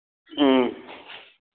ꯎꯝ